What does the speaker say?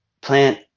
plant